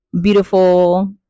beautiful